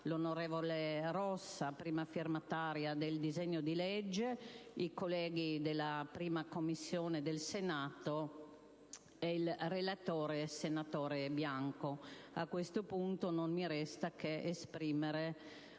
l'onorevole Rossa, prima firmataria del disegno di legge, i colleghi della 1a Commissione del Senato e il relatore, senatore Bianco. Non mi resta dunque